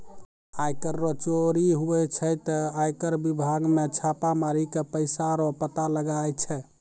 आय कर रो चोरी हुवै छै ते आय कर बिभाग मे छापा मारी के पैसा रो पता लगाय छै